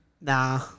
Nah